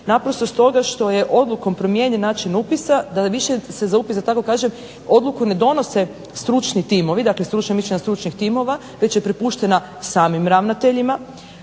naprosto stoga što je odlukom promijenjen način upisa, da se više za upis da tako kažem odluku ne donose stručna mišljenja stručnih timova već je prepuštena samim ravnateljima